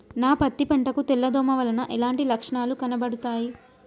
నా పత్తి పంట కు తెల్ల దోమ వలన ఎలాంటి లక్షణాలు కనబడుతాయి?